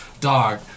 dog